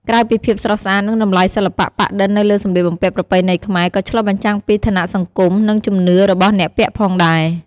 ក្រៅពីភាពស្រស់ស្អាត និងតម្លៃសិល្បៈ ប៉ាក់-ឌិន នៅលើសម្លៀកបំពាក់ប្រពៃណីខ្មែរក៏ឆ្លុះបញ្ចាំងពី ឋានៈសង្គម និង ជំនឿរបស់អ្នកពាក់ផងដែរ។